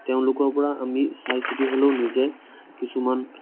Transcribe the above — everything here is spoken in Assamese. তেওঁলোকৰ পৰা আমি চাইচিতি হ'লেও নিজে কিছুমান